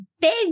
big